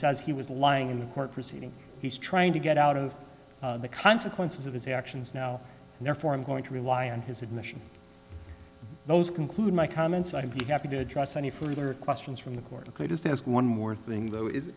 says he was lying in a court proceeding he's trying to get out of the consequences of his actions now and therefore i'm going to rely on his admission those conclude my comments i'd be happy to address any further questions from the court just as one more thing though i